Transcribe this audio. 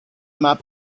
map